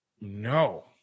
No